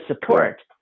support